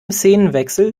szenenwechsel